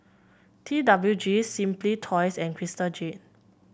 T W G Simply Toys and Crystal Jade